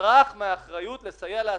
ברח מאחריות לסייע לעסקים.